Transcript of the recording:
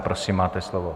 Prosím, máte slovo.